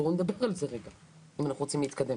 בואו נדבר על זה רגע אם אנחנו רוצים להתקדם.